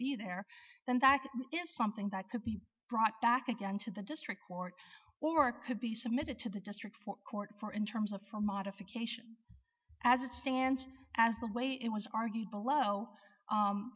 that is something that could be brought back again to the district court or could be submitted to the district for court for in terms of for modification as it stands as the way it was argued below